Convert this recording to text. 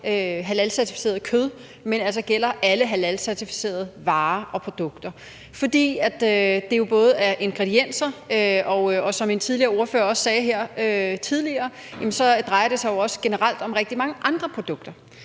halalcertificeret kød, men altså gælder alle halalcertificerede varer og produkter. Der er tale om ingredienser, og som en ordfører også sagde her tidligere, drejer det sig jo også generelt om rigtig mange andre produkter.